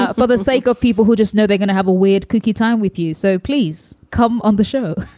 ah but the sake of people who just know they're going to have a weird cookie time with you. so please come on the show.